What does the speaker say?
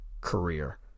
career